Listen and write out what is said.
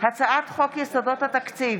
הצעת חוק יסודות התקציב